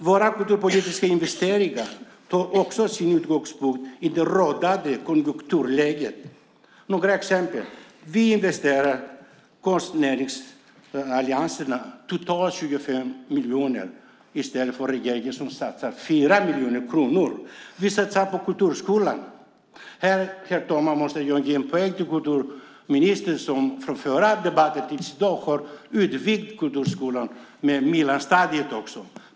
Våra kulturpolitiska investeringar tar också sin utgångspunkt i det rådande konjunkturläget. Låt mig ge några exempel. Vi investerar i konstnärsallianserna, totalt 25 miljoner, i stället för regeringens satsning på 4 miljoner kronor. Vi satsar på Kulturskolan. Här måste jag ge en poäng till kulturministern, som sedan vår förra debatt fram till i dag har utvidgat Kulturskolan med också mellanstadiet.